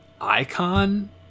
icon